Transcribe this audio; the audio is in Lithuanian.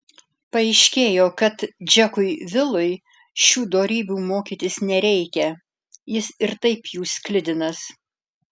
paaiškėjo kad džekui vilui šių dorybių mokytis nereikia jis ir taip jų sklidinas